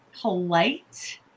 polite